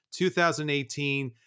2018